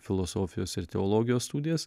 filosofijos ir teologijos studijas